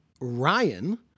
Ryan